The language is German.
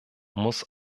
muss